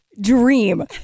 dream